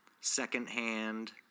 secondhand